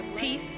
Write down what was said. peace